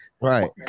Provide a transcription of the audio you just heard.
Right